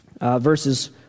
verses